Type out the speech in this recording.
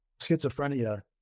Schizophrenia